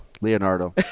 Leonardo